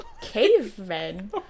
Cavemen